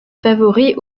favoris